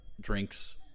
drinks